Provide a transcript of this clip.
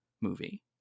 movie